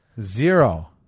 Zero